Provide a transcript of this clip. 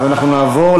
בעד,